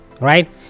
right